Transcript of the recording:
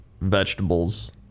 vegetables